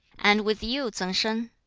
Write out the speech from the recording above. and with you, tsang sin?